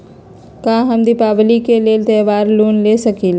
का हम दीपावली के लेल त्योहारी लोन ले सकई?